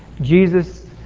Jesus